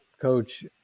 coach